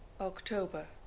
October